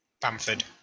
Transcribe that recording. Bamford